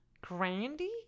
grandy